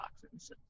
toxins